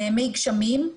מי גשמים,